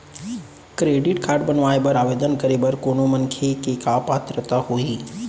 Credit card बनवाए बर आवेदन करे बर कोनो मनखे के का पात्रता होही?